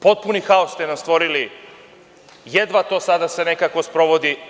Potpuni haos ste nam stvorili, jedva se to sada nekako sprovodi.